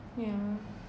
yeah